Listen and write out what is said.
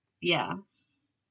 Yes